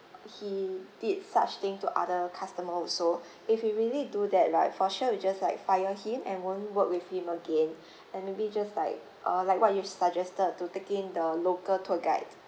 he did such things to other customer also if he really do that right for sure we just like fire him and won't work with him again and maybe just like uh like what you have suggested to take in the local tour guide